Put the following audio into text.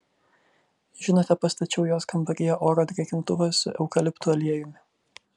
žinote pastačiau jos kambaryje oro drėkintuvą su eukaliptų aliejumi